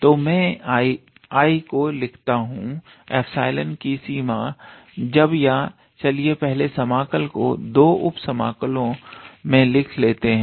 तो मैं I को लिखता हूं एप्सलोन की सीमा जब या चलिए पहले समाकल को 2 उप समाकलों में लिख लेते हैं